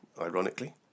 ironically